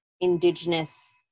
indigenous